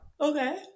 Okay